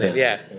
yeah,